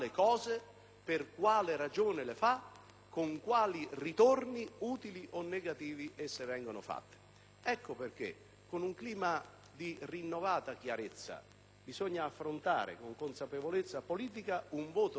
per quale ragione e con quali ritorni utili o negativi. Ecco perché, con un clima di rinnovata chiarezza, bisogna affrontare, con consapevolezza politica, un voto di fiducia,